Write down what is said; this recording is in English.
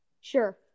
Sure